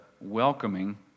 welcoming